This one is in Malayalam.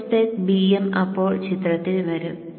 ഒരു സ്പെക് Bm അപ്പോൾ ചിത്രത്തിൽ വരും